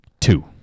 Two